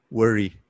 worry